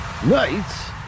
Nice